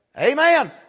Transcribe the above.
Amen